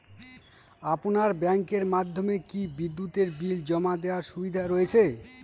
আপনার ব্যাংকের মাধ্যমে কি বিদ্যুতের বিল জমা দেওয়ার সুবিধা রয়েছে?